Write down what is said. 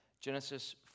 Genesis